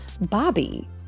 Bobby